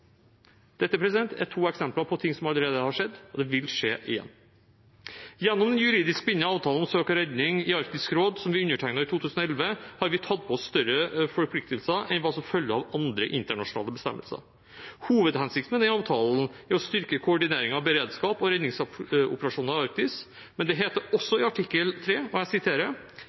Dette er to eksempler på ting som allerede har skjedd, og det vil skje igjen. Gjennom den juridisk bindende avtalen om søk og redning i Arktisk råd, som vi undertegnet i 2011, har vi tatt på oss større forpliktelser enn hva som følger av andre internasjonale bestemmelser. Hovedhensikten med den avtalen er å styrke koordineringen av beredskap og redningsoperasjoner i Arktis. Men det heter også i artikkel